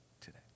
today